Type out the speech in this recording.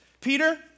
Peter